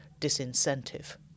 disincentive